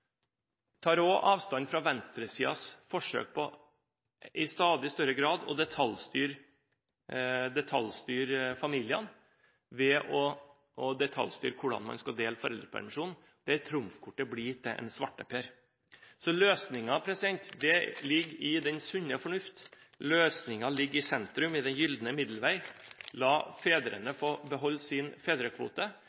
tar òg avstand fra venstresidens forsøk på i stadig større grad å detaljstyre familiene ved å detaljstyre hvordan man skal dele foreldrepermisjonen. Da blir trumfkortet til en svarteper. Så løsningen ligger i den sunne fornuft. Løsningen ligger i sentrum – i den gylne middelvei. La fedrene